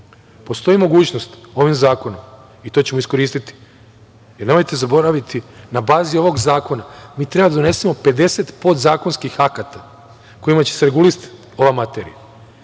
postoji mogućnost ovim zakonom i to ćemo iskoristi. Nemojte zaboraviti, na bazi ovog zakona, mi treba da donesemo 50 podzakonskih akata kojima će se regulisati ova materija. Imaćemo